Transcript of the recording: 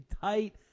tight